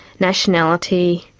nationality,